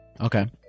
Okay